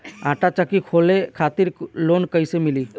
आटा चक्की खोले खातिर लोन कैसे मिली?